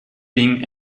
being